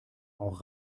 auch